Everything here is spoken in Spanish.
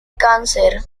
cáncer